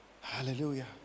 hallelujah